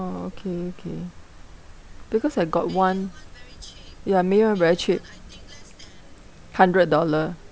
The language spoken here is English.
oh okay okay because I got one ya Mayer [one] very cheap hundred dollar